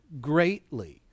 greatly